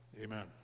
Amen